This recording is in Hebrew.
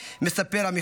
מספר עמיחי.